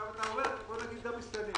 עכשיו נאמר: בואו נגיד גם מסתננים.